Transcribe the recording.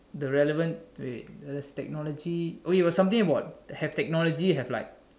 the relevant wait does technology okay something about have technology have like